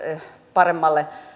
paremmalle